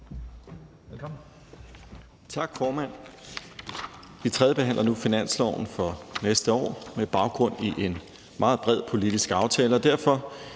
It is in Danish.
Velkommen.